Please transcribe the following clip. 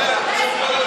וגם גורשת מהעיר, כלפון.